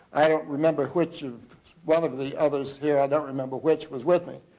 i don't remember which one of the others here, i don't remember which, was with me.